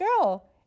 girl